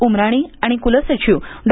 उमराणी आणि कुलसचिव डॉ